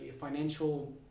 financial